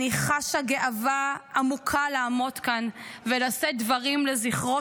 אני חשה גאווה עמוקה לעמוד כאן ולשאת דברים לזכרו